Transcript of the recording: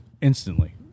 instantly